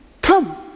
come